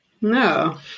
No